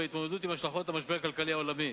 ההתמודדות עם השלכות המשבר הכלכלי העולמי,